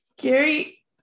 Gary